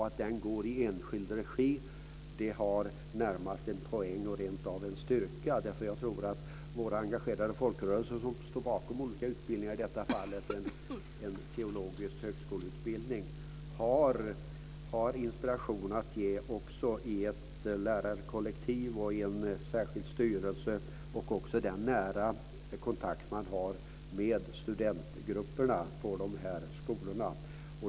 Att den går i enskild regi har närmast en poäng och är rentav en styrka. Jag tror att vår engagerade folkrörelse som står bakom olika utbildningar, i detta fall en teologisk högskoleutbildning, har inspiration att ge också i ett lärarkollektiv och i en särskild styrelse liksom i den nära kontakt man har med studentgrupperna på skolorna.